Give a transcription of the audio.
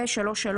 ו-3(3),